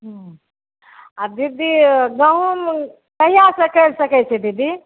हूँ आओर दीदी गहुम कहियासँ काटि सकै छै दीदी